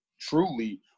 truly